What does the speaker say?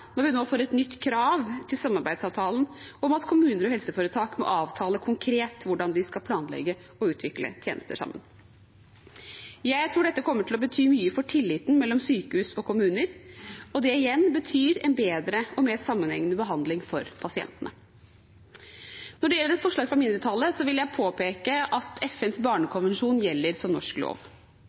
når vi nå får et nytt krav til samarbeidsavtalen om at kommuner og helseforetak må avtale konkret hvordan de skal planlegge og utvikle tjenester sammen. Jeg tror at dette kommer til å bety mye for tilliten mellom sykehus og kommuner, og det igjen betyr en bedre og mer sammenhengende behandling for pasientene. Når det gjelder et forslag fra mindretallet, vil jeg påpeke at FNs barnekonvensjon gjelder som norsk lov.